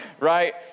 right